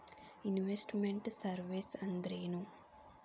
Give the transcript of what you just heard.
Invest made services ಅಂದ್ರೇನು?